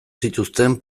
zituzten